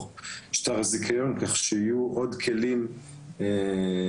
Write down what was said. שטר הזיכיון כולל סנקציות כדי שיהיו כלים למאסדרים